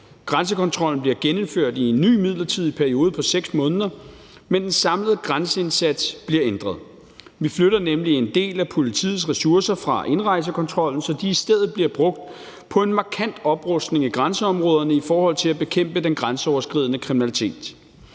Grænsekontrollen bliver genindført i en ny midlertidig periode på 6 måneder, men den samlede grænseindsats bliver ændret. Vi flytter nemlig en del af politiets ressourcer fra indrejsekontrollen, så de i stedet bliver brugt på en markant oprustning i grænseområderne i forhold til at bekæmpe den grænseoverskridende kriminalitet.